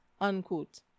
unquote